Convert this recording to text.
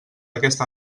aquesta